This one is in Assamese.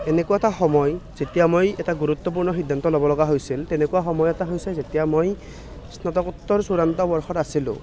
এনেকুৱা এটা সময় যেতিয়া মই এটা গুৰুত্বপূৰ্ণ সিদ্ধান্ত ল'ব লগা হৈছিল তেনেকুৱা সময় এটা হৈছে যেতিয়া মই স্নাতকোত্তৰ চূড়ান্ত বৰ্ষত আছিলো